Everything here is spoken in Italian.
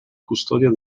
custodia